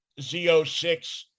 Z06